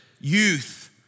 Youth